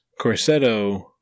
Corsetto